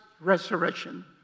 resurrection